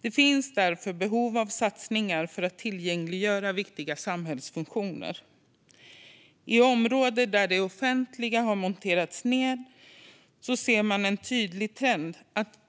Det finns därför behov av satsningar för att tillgängliggöra viktiga samhällsfunktioner. I områden där det offentliga har monterats ned ser man en tydlig trend: